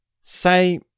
Say